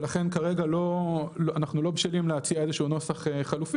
לכן כרגע אנחנו לא בשלים להציע איזשהו נוסח חלופי